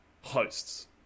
Hosts